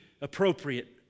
appropriate